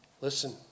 Listen